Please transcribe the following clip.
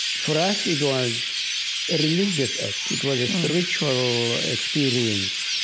for us, it was a religious act. it was a spiritual experience